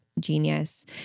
genius